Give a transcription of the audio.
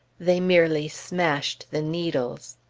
they merely smashed the needles.